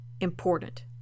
important